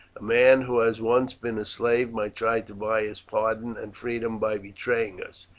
a man who has once been a slave might try to buy his pardon and freedom by betraying us.